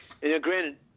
Granted